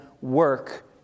work